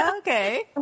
Okay